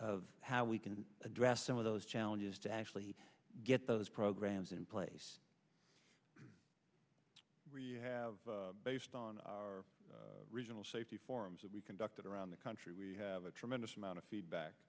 of how we can address some of those challenges to actually get those programs in place you have based on our regional safety forms that we conducted around the country we have a tremendous amount of feedback